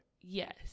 Yes